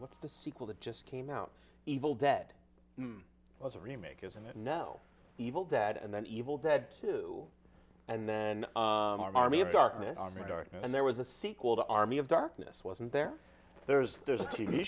what's the sequel that just came out evil dead was a remake isn't it no evil dead and then evil dead two and then our army of darkness and there was a sequel the army of darkness wasn't there there's there's a t